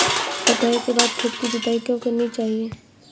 कटाई के बाद खेत की जुताई क्यो करनी चाहिए?